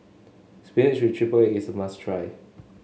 spinach with triple egg is a must try